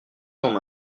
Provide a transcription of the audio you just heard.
temps